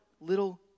little